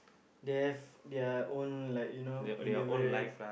they have their own like you know individual